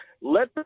Let